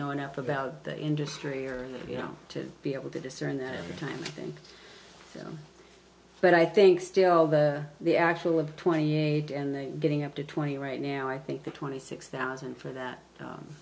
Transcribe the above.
know enough about the industry or you know to be able to discern that time to think so but i think still the the actual of twenty eight and then getting up to twenty right now i think the twenty six thousand for that